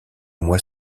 mois